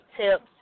tips